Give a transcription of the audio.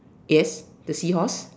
yes the seahorse